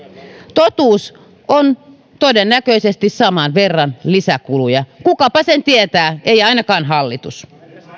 totuus on todennäköisesti saman verran lisäkuluja kukapa sen tietää ei ainakaan hallitus